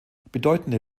bedeutende